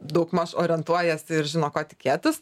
daugmaž orientuojasi ir žino ko tikėtis